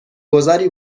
گذاری